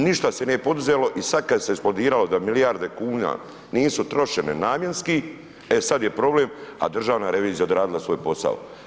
Ništa se nije poduzelo i sad kad se eksplodiralo da milijarde nisu trošene namjenski, e sad je problem, a državna revizija odradila svoj posao.